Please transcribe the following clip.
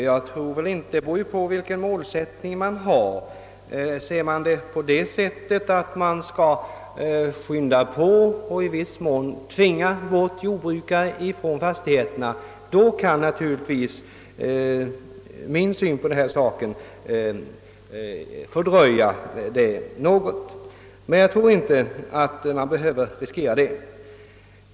Ja det beror på vilken målsättning man har. Ser man saken på det sättet att man skall skynda på och i viss mån tvinga jordbrukare att flytta bort från fastigheterna, kan naturligtvis min ståndpunkt innebära att dessa planer något fördröjes. Men jag tror inte att man behöver riskera något sådant.